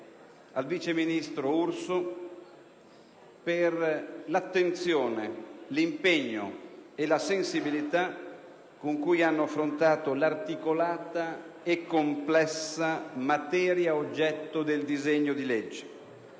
al vice ministro Urso, per l'attenzione, l'impegno e la sensibilità con cui hanno affrontato l'articolata e complessa materia oggetto del disegno di legge